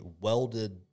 welded